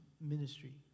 ministry